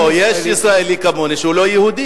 לא, יש ישראלי כמוני שהוא לא יהודי.